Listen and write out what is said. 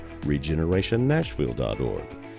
regenerationnashville.org